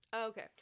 Okay